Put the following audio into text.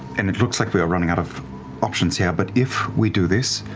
and it looks like we are running out of options here, but if we do this,